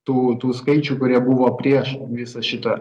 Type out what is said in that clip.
tų tų skaičių kurie buvo prieš visą šitą